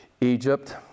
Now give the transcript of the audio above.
Egypt